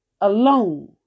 alone